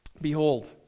Behold